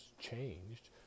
changed